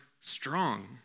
strong